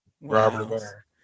Robert